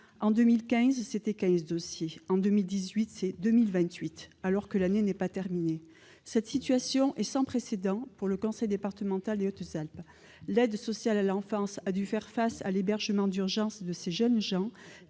en 2015 à 2 028 dossiers en 2018, alors que l'année n'est pas terminée ! Cette situation est sans précédent pour le conseil départemental des Hautes-Alpes. L'aide sociale à l'enfance a dû faire face à l'hébergement d'urgence de ces jeunes gens